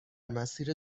مسیر